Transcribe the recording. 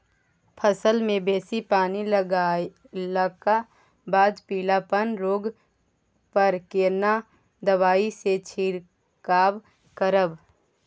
फसल मे बेसी पानी लागलाक बाद पीलापन रोग पर केना दबाई से छिरकाव करब?